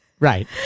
Right